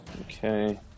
Okay